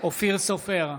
אופיר סופר,